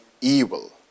evil